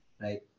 right